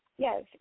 Yes